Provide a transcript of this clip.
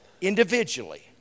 individually